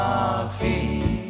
Coffee